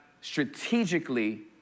strategically